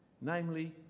namely